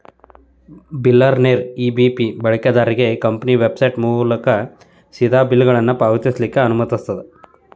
ಬಿಲ್ಲರ್ನೇರ EBP ಬಳಕೆದಾರ್ರಿಗೆ company website ಮೂಲಕಾ ಸೇದಾ ಬಿಲ್ಗಳನ್ನ ಪಾವತಿಸ್ಲಿಕ್ಕೆ ಅನುಮತಿಸ್ತದ